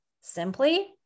simply